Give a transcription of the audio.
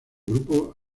grupo